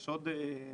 יש עוד הוצאות.